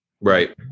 Right